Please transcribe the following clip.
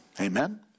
Amen